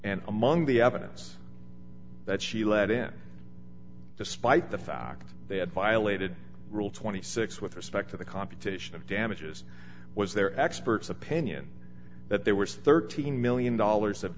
and among the evidence that she let in despite the fact they had violated rule twenty six with respect to the computation of damages was their expert's opinion that there were some thirteen million dollars of